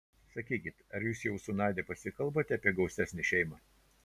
sakykit ar jūs jau su nadia pasikalbate apie gausesnę šeimą